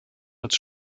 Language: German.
als